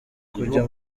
kujya